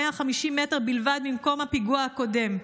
150 מטר בלבד ממקום הפיגוע הקודם.